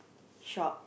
shop